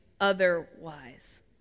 otherwise